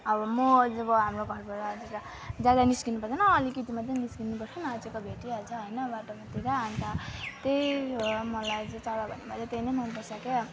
अब म जब हाम्रो घरबाट ज्यादा निस्किनु पर्दैन अलिकति मात्रै निस्किनुपर्छ नाचेको भेटिइहाल्छ होइन बाटामातिर अन्त त्यही भएर मलाई चाहिँ चराभरिमा चाहिँ त्यही नै मनपर्छ के